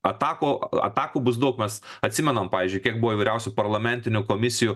atakų atakų bus daug mes atsimenam pavyzdžiui kiek buvo įvairiausių parlamentinių komisijų